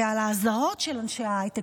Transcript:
ועל האזהרות של אנשי ההייטק,